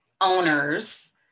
owners